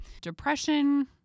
depression